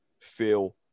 feel